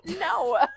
No